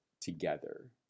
together